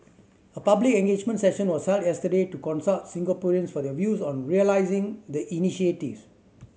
a public engagement session was held yesterday to consult Singaporeans for their views on realising the initiative